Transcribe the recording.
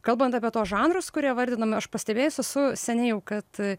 kalbant apie tuos žanrus kurie vardinami aš pastebėjus esu seniai kad